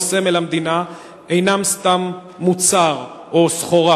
סמל המדינה אינם סתם מוצר או סחורה,